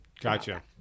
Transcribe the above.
Gotcha